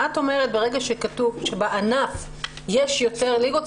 את אומרת שברגע שכתוב שבענף יש יותר ליגות,